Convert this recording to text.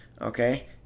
okay